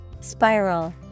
Spiral